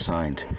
Signed